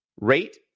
rate